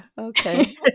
Okay